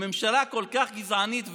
לממשלה כל כך גזענית ונוראה,